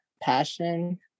passion